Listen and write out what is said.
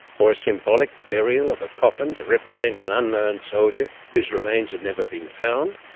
or a symbolic burial of a coffin to represent an unknown soldier whose remains had never been found?